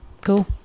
cool